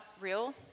real